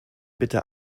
bitte